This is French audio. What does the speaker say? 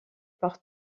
par